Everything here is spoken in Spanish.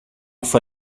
fue